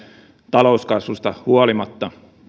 talouskasvusta huolimatta